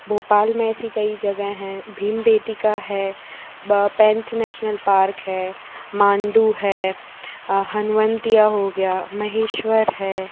भोपाल में ऐसी कई जगह है भीम बेटिका हैं व पंत नेशनल पार्क है मांडू है हनुवंतिया हो गया महेश्वर है